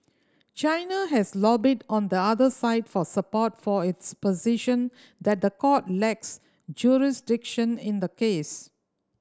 China has lobbied on the other side for support for its position that the court lacks jurisdiction in the case